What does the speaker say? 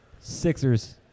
Sixers